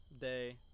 day